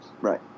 Right